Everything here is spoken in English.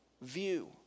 view